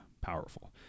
powerful